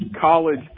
college